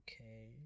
okay